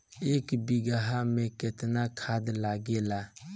एक बिगहा में केतना खाद लागेला?